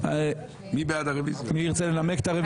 מי רוצה לנמק את הרוויזיה?